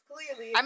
Clearly